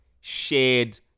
shared